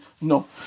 No